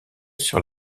sur